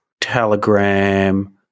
Telegram